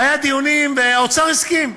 והיו דיונים, והאוצר הסכים.